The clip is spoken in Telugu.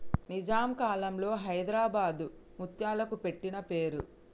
నిజాం కాలంలో హైదరాబాద్ ముత్యాలకి పెట్టిన పేరు